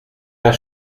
pas